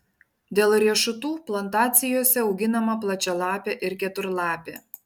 dėl riešutų plantacijose auginama plačialapė ir keturlapė